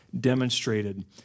demonstrated